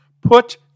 Put